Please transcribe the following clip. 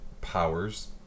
powers